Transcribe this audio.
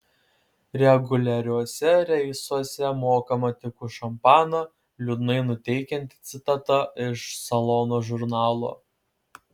reguliariuose reisuose mokama tik už šampaną liūdnai nuteikianti citata iš salono žurnalo